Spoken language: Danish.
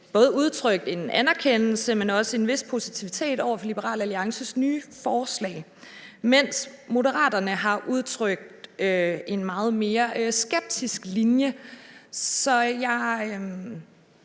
både udtrykt anerkendelse, men også en vis positivitet over for Liberal Alliances nye forslag, mens Moderaterne har udtrykt en meget mere skeptisk linje. Så jeg